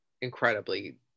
incredibly